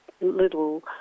little